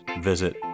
Visit